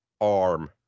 ARM